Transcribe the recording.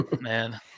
Man